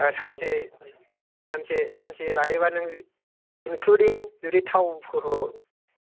सानसे सानसे सानसे लायोबा नों इनक्लुडिं जुदि थावफोरल'